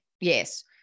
Yes